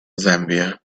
zambia